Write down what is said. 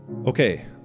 Okay